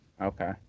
Okay